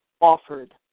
offered